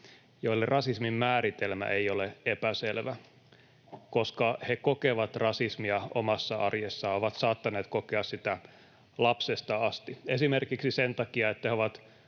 joille rasismin määritelmä ei ole epäselvä, koska he kokevat rasismia omassa arjessaan, ovat saattaneet kokea sitä lapsesta asti esimerkiksi sen takia, että he ovat